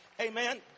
Amen